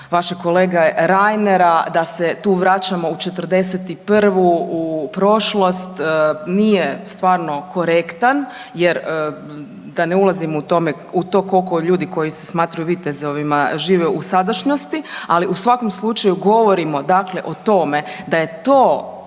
vašeg kolege Reinera da se tu vraćamo u 41. u prošlost nije stvarno korektan, jer da ne ulazim u to koliko ljudi koji se smatraju vitezovima žive u sadašnjosti. Ali u svakom slučaju govorimo dakle o tome da je to